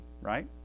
right